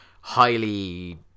highly